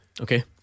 Okay